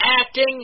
acting